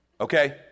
Okay